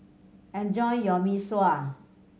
enjoy your Mee Sua